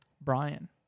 Brian